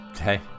Hey